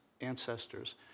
ancestors